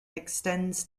extends